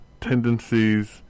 tendencies